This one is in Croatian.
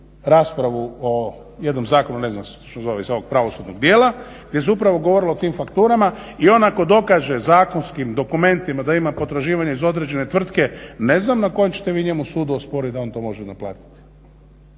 raspravu o jednom zakonu, … iz ovog pravosudnog dijela gdje se upravo govorilo o tim fakturama i on ako dokaže zakonskim dokumentima da ima potraživanje iz određene tvrtke, ne znam na kom ćete vi njemu sudu osporit da on to može naplatit